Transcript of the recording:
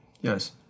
Yes